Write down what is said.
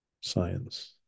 science